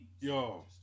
Yo